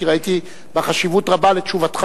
כי ראיתי חשיבות רבה בתשובתך,